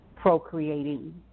procreating